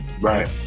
Right